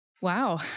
Wow